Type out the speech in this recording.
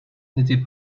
n’était